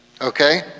Okay